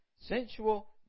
sensual